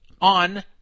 On